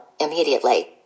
immediately